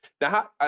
Now